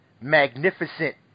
magnificent